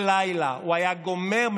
כל לילה הוא גומר,